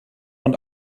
und